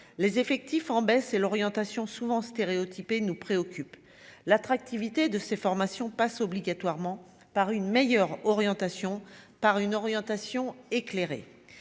les effectifs en baisse et l'orientation souvent stéréotypés nous préoccupe l'attractivité de ces formations passe obligatoirement par une meilleure orientation par une orientation éclairé